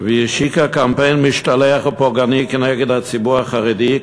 והיא השיקה קמפיין משתלח ופוגעני כנגד הציבור החרדי,